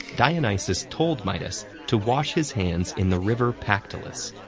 dionysus told midas to wash his hands in the river pactolus.